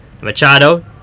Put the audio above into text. Machado